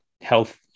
health